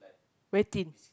very thin